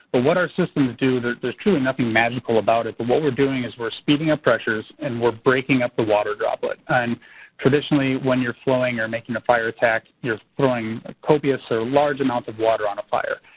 what our systems do, there's there's truly nothing magical about it but what we're doing is we're speeding up pressures and we're breaking up the water droplet. and traditionally when you're flowing or making a fire pack, you're flowing copious or large amounts of water on a fire.